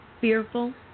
fearful